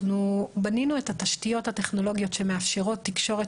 אנחנו בנינו את התשתיות הטכנולוגיות שמאפשרות תקשורת